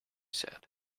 said